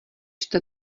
jste